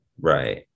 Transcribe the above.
right